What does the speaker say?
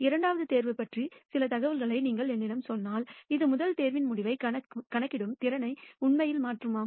இரண்டாவது தேர்வு பற்றிய சில தகவல்களை நீங்கள் என்னிடம் சொன்னால் அது முதல் தேர்வின் முடிவைக் கணிக்கும் திறனை உண்மையில் மாற்றுமா